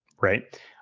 right